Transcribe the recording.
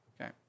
okay